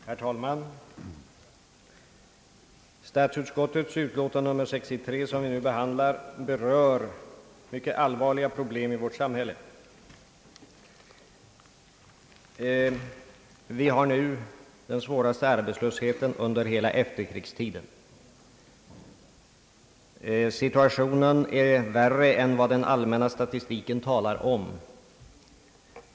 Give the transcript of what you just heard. Herr talman! Statsutskottets utlåtande nr 63 som vi nu behandlar berör mycket allvarliga problem i vårt samhälle. Vi har nu den svåraste arbetslösheten under hela efterkrigstiden. Situationen är värre än vad den allmänna statistiken talar om.